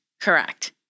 correct